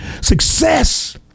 Success